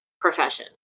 profession